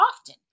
often